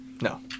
No